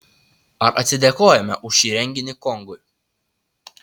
ar atsidėkojame už šį renginį kongui